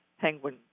Penguin